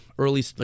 early